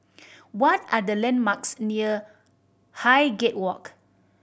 what are the landmarks near Highgate Walk